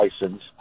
license